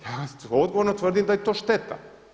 Ja dogovorno tvrdim da je to šteta.